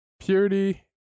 purity